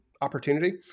opportunity